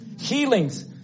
Healings